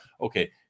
okay